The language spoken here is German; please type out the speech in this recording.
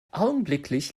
augenblicklich